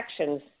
actions